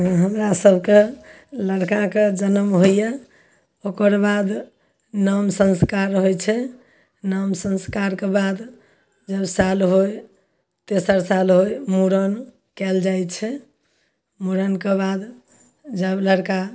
हमरा सबके लड़काके जनम होइए ओकरबाद नाम संस्कार होइत छै नाम संस्कारके बाद जब साल होइ तेसर साल होइ मुड़न कएल जाइत छै मुड़नके बाद जब लड़का